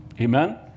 Amen